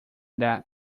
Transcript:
that